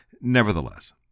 Nevertheless